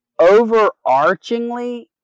overarchingly